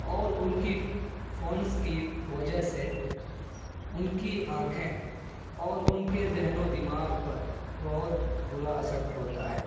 اور ان کی فونس کی وجہ سے ان کی آنکھیں اور ان کے ذہن و دماغ پر بہت برا اثر ہوتا ہے